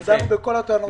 גם דנו בכל הטענות שלו.